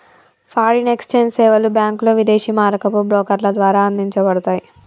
foreign exchange సేవలు బ్యాంకులు, విదేశీ మారకపు బ్రోకర్ల ద్వారా అందించబడతయ్